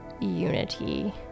Unity